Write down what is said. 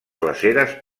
glaceres